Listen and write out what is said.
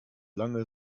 lange